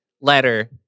letter